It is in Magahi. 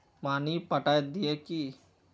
पानी पटाय दिये की?